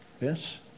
Yes